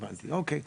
הבנתי, אוקיי.